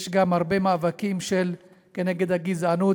יש גם הרבה מאבקים כנגד הגזענות,